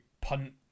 punt